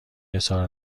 اظهار